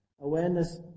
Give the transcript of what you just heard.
Awareness